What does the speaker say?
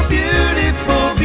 beautiful